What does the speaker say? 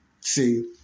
See